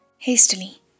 Hastily